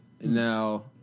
Now